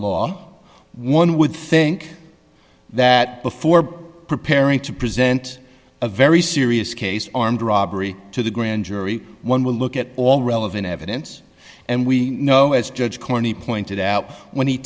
law one would think that before preparing to present a very serious case armed robbery to the grand jury one would look at all relevant evidence and we know as judge corney pointed out when he